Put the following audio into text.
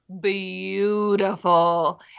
beautiful